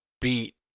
beat